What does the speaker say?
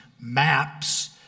maps